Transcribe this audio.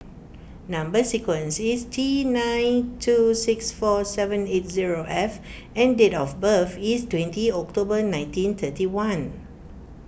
Number Sequence is T nine two six four seven eight zero F and date of birth is twenty October nineteen thirty one